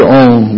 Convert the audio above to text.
own